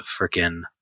freaking